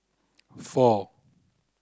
four